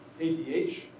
ADH